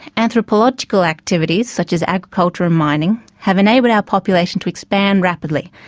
anthropological activities such as agriculture and mining have enabled our population to expand rapidly.